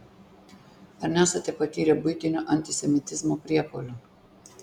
ar nesate patyrę buitinio antisemitizmo priepuolių